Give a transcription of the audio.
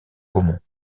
caumont